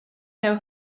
know